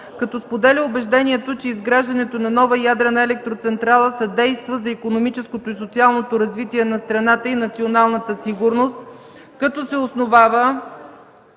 като споделя убеждението, че изграждането на нова ядрена електроцентрала съдейства за икономическото и социалното развитие на страната и националната сигурност; като се основава